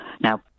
Now